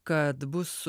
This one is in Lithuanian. kad bus